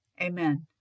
Amen